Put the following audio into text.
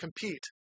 compete